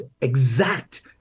exact